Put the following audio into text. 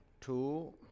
two